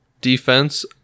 defense